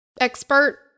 expert